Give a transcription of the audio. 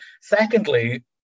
Secondly